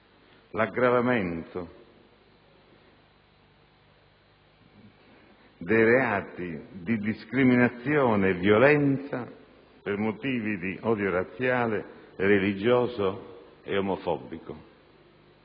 l'aggravamento dei reati di discriminazione e violenza per motivi di odio razziale, religioso e omofobico.